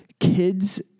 Kids